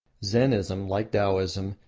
zennism, like taoism,